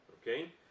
Okay